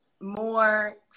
more